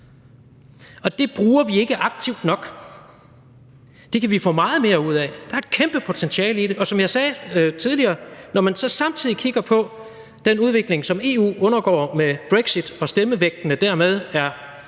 Det bruger vi ikke aktivt nok. Det kan vi få meget mere ud af. Der er et kæmpe potentiale i det, og som jeg sagde tidligere: Når man så samtidig kigger på den udvikling, som EU undergår med brexit, hvormed stemmevægtene er